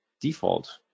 default